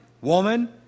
Woman